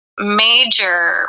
major